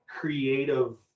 creative